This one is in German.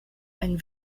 einen